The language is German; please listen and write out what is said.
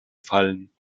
fallen